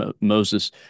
moses